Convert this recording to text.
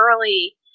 early